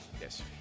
Yes